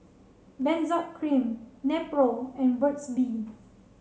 Benzac Cream Nepro and Burt's Bee